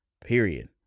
Period